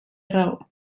raó